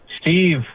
Steve